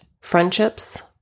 friendships